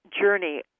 journey